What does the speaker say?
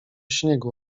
śniegu